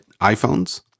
iPhones